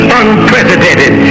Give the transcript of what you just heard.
unprecedented